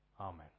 Amen